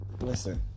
Listen